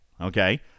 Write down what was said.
okay